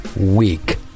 week